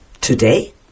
today